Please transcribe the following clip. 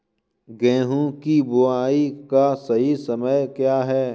गेहूँ की बुआई का सही समय क्या है?